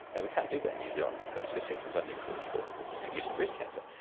and we can't do that in new zealand because herceptin is only approved for use in breast cancer,